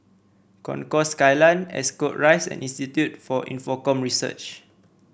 Concourse Skyline Ascot Rise and Institute for Infocomm Research